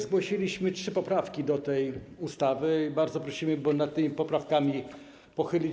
Zgłosiliśmy trzy poprawki do tej ustawy i bardzo prosimy, by nad tymi poprawkami się pochylić.